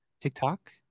TikTok